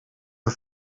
een